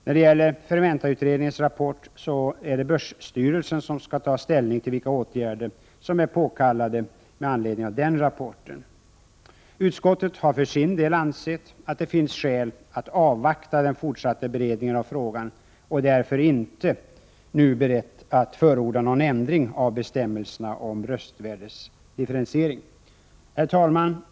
När det gäller Fermentautredningens rapport är det börsstyrelsen som skall ta ställning till vilka åtgärder som är påkallade med anledning av den rapporten. Utskottet har för sin del ansett att det finns skäl att avvakta den fortsatta beredningen av frågan och är därför inte nu berett att förorda någon ändring av bestämmelserna om röstvärdesdifferentiering. Herr talman!